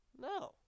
no